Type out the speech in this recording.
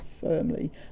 firmly